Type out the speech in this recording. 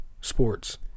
Sports